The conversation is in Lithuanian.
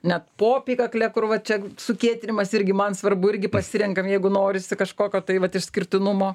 net po apykakle kur va čia sukietinimas irgi man svarbu irgi pasirenkam jeigu norisi kažkokio tai vat išskirtinumo